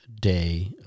day